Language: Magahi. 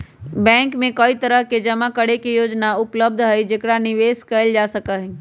बैंक में कई तरह के जमा करे के योजना उपलब्ध हई जेकरा निवेश कइल जा सका हई